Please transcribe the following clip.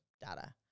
data